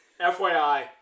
fyi